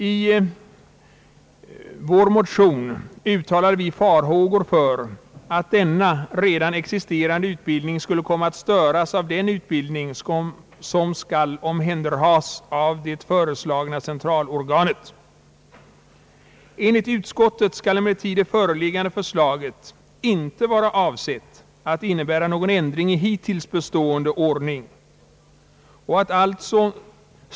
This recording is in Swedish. I vår mo tion uttalade vi farhågor för att denna redan existerande utbildning skulle komma att störas av den utbildning, som skall omhänderhas av det föreslagna centralorganet. Enligt utskottet skall emellertid det föreliggande förslaget inte vara avsett att innebära någon ändring i hittills bestående ordning.